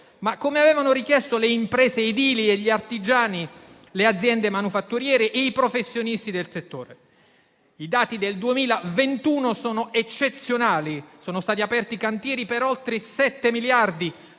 ma come avevano richiesto le imprese edili, gli artigiani, le aziende manifatturiere e i professionisti del settore. I dati del 2021 sono eccezionali: sono stati aperti cantieri per oltre 7 miliardi;